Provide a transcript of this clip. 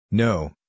No